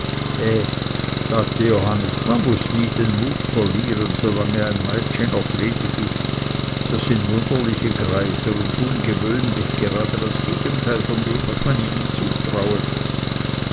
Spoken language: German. sagte johannes man muß nie den mut verlieren solange ein meitschi noch ledig ist das sind wunderliche greiser und tun gewöhnlich gerade das gegenteil von dem was man ihnen zutrauet